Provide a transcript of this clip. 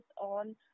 on